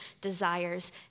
desires